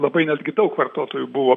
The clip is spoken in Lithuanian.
labai netgi daug vartotojų buvo